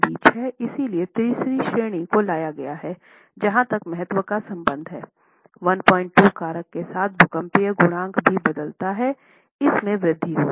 इसलिए तीसरी श्रेणी को लाया गया है जहाँ तक महत्व का संबंध है 12 कारक के साथ भूकंपीय गुणांक भी बदलता है इस में वृद्धि होगी